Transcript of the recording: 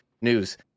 news